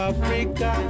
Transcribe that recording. Africa